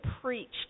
preached